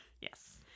Yes